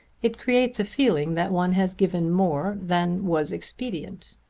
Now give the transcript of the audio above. it creates a feeling that one has given more than was expedient.